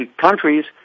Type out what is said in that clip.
countries